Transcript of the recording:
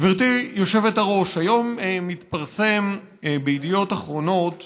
גברתי היושבת-ראש, היום התפרסם בידיעות אחרונות